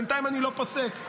בינתיים אני לא פוסק.